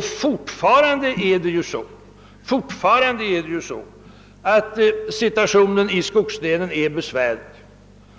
Situationen i skogslänen är fortfarande besvärlig.